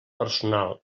personal